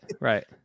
Right